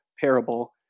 parable